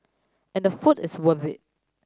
and the food is worth it